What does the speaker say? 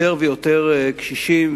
ויותר ויותר קשישים,